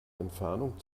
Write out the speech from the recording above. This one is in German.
entfernung